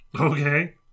Okay